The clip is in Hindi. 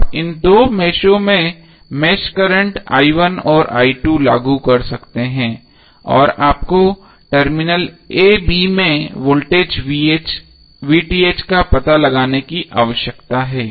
आप इन दो मेषों में मेष करंट और लागू कर सकते हैं और आपको टर्मिनल a b में वोल्टेज का पता लगाने की आवश्यकता है